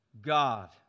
God